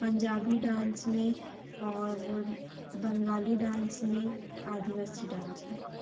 Punjabi dance में और Bengali dance में आदिवासी डांस में